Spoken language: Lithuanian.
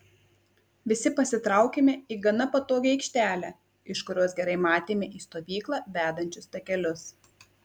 visi pasitraukėme į gana patogią aikštelę iš kurios gerai matėme į stovyklą vedančius takelius